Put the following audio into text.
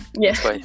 Yes